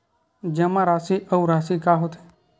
जमा राशि अउ राशि का होथे?